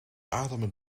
ademen